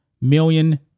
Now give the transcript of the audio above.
million